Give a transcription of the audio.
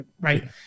right